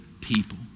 people